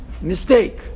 mistake